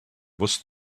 was